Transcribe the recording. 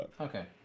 Okay